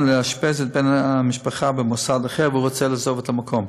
לאשפז את בן המשפחה במוסד אחר ורוצה לעזוב את המקום.